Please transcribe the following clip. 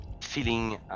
feeling